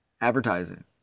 advertising